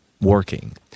working